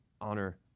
honor